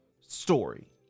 story